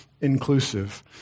inclusive